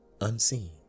unseen